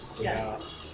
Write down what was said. Yes